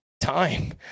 time